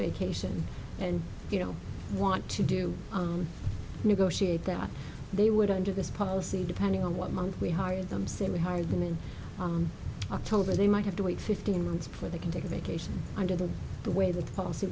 vacation and you know want to do negotiate that they would under this policy depending on what month we hire them say we hired them in october they might have to wait fifteen months before they can take a vacation under the the way the policy